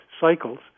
cycles